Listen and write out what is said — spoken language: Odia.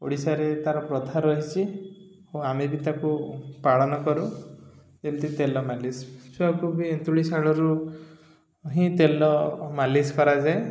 ଓଡ଼ିଶାରେ ତାର ପ୍ରଥା ରହିଛି ଓ ଆମେ ବି ତାକୁ ପାଳନ କରୁ ଯେମିତି ତେଲ ମାଲିସ୍ ଛୁଆକୁ ବି ଏନ୍ତୁଡ଼ିଶାଳରୁ ହିଁ ତେଲ ମାଲିସ୍ କରାଯାଏ